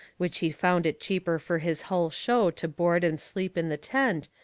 which he found it cheaper fur his hull show to board and sleep in the tent,